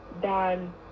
Dan